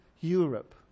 Europe